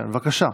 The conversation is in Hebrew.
כן, בבקשה.